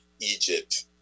Egypt